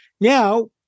Now